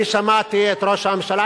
אני שמעתי את ראש הממשלה.